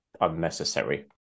unnecessary